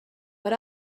but